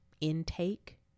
intake